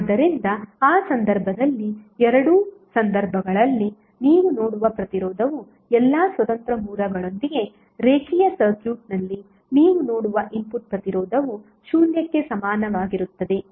ಆದ್ದರಿಂದ ಆ ಸಂದರ್ಭದಲ್ಲಿ ಎರಡೂ ಸಂದರ್ಭಗಳಲ್ಲಿ ನೀವು ನೋಡುವ ಪ್ರತಿರೋಧವು ಎಲ್ಲಾ ಸ್ವತಂತ್ರ ಮೂಲಗಳೊಂದಿಗೆ ರೇಖೀಯ ಸರ್ಕ್ಯೂಟ್ನಲ್ಲಿ ನೀವು ನೋಡುವ ಇನ್ಪುಟ್ ಪ್ರತಿರೋಧವು ಶೂನ್ಯಕ್ಕೆ ಸಮಾನವಾಗಿರುತ್ತದೆ